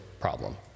problem